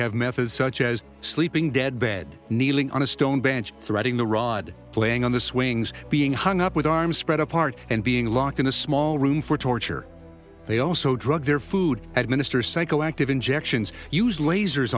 have methods such as sleeping dead bed kneeling on a stone bench threading the rod playing on the swings being hung up with arms spread apart and being locked in a small room for torture they also drug their food at ministers psychoactive injections use lasers